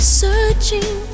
searching